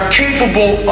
capable